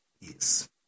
Yes